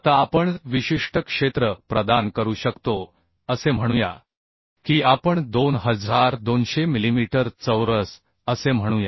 आता आपण विशिष्ट क्षेत्र प्रदान करू शकतो असे म्हणूया की आपण 2200 मिलीमीटर चौरस असे म्हणूया